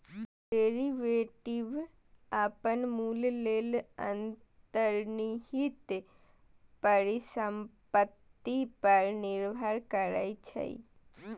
derivative अपन मूल्य लेल अंतर्निहित परिसंपत्ति पर निर्भर करै छै